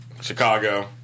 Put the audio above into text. Chicago